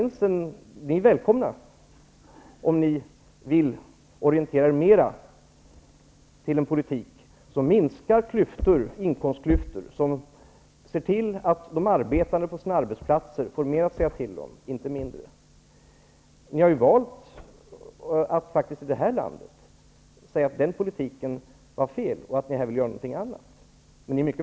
Ni är välkomna om ni vill orientera er mer mot en politik som skall minska inkomstklyftor och som skall se till att de arbetande på sina arbetsplatser får mer att säga till om, inte mindre. Ni har ju faktiskt valt att i det här landet säga att den politiken var fel och att ni vill göra något annat.